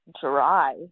dry